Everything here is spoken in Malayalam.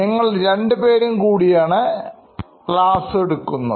ഞങ്ങൾ രണ്ടുപേരും കൂടിയാണ് ക്ലാസ്സ് എടുക്കുന്നത്